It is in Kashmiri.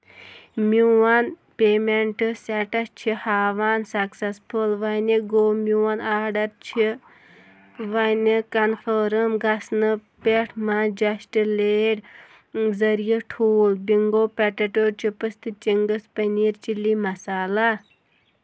میون پیمٮ۪نٹ سٮ۪ٹَس چھِ ہاوان سَکسٮ۪سفُل وَنہِ گوٚو میون آڈَر چھِ وَنہِ کَنفٲرٕم گژھنہٕ پٮ۪ٹھ مَجیسٹٕلیڈ ذٔریعہِ ٹھوٗل بِنگو پٮ۪ٹٮ۪ٹو چِپٕس تہٕ چِنٛگٕس پٔنیٖر چِلی مَسالہ